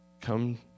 come